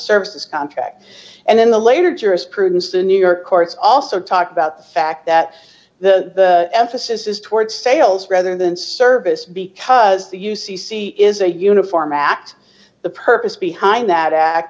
service contract and then the later jurisprudence the new york courts also talk about the fact that the emphasis is towards sales rather than service because the u c c is a uniform at the purpose behind that act